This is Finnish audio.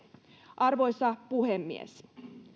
arvoisa puhemies